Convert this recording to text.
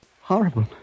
Horrible